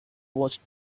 watched